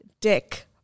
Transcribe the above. dick